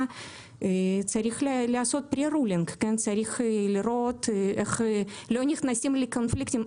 צריך לראות איך לא נכנסים לקונפליקטים.